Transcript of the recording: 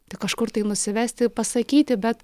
tai kažkur tai nusivesti pasakyti bet